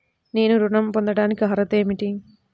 నేను ఋణం పొందటానికి అర్హత ఏమిటి?